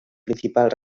principal